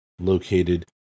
located